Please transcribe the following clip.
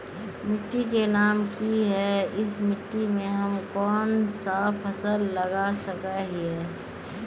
मिट्टी के नाम की है इस मिट्टी में हम कोन सा फसल लगा सके हिय?